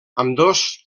ambdós